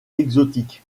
exotique